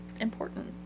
important